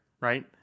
right